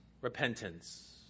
Repentance